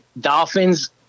Dolphins